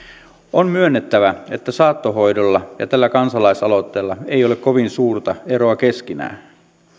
on myönnettävä että saattohoidolla ja tällä kansalaisaloitteella ei ole kovin suurta eroa keskenään